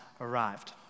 arrived